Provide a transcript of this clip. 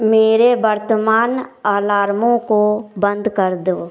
मेरे वर्तमान अलार्मों को बंद कर दो